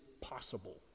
possible